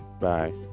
bye